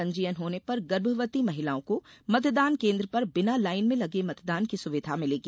पंजीयन होने पर गर्भवती महिलाओं को मतदान केन्द्र पर बिना लाइन में लगे मतदान की सुविधा मिलेगी